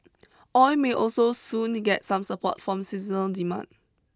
oil may also soon get some support from seasonal demand